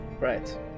Right